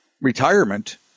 retirement